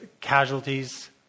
casualties